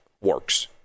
works